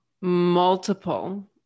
multiple